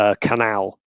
canal